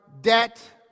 debt